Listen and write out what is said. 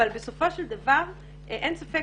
אבל בסופו של דבר אין ספק